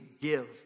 give